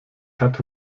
hatte